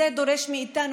זה דורש מאיתנו,